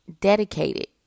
dedicated